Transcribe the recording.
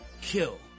kill